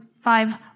Five